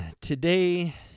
today